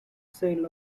sale